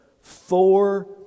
four